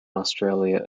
australia